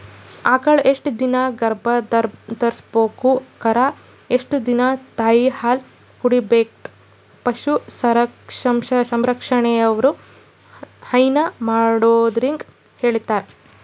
ಆಕಳ್ ಎಷ್ಟ್ ದಿನಾ ಗರ್ಭಧರ್ಸ್ಬೇಕು ಕರಾ ಎಷ್ಟ್ ದಿನಾ ತಾಯಿಹಾಲ್ ಕುಡಿಬೆಕಂತ್ ಪಶು ಸಂರಕ್ಷಣೆದವ್ರು ಹೈನಾ ಮಾಡೊರಿಗ್ ಹೇಳಿರ್ತಾರ್